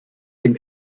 dem